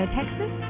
Texas